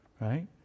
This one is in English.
Right